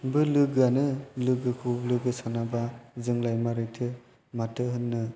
बो लोगोआनो लोगोखौ लोगो सानाबा जोंलाय माबोरैथो माथो होननो